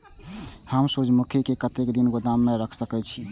हम सूर्यमुखी के कतेक दिन गोदाम में रख सके छिए?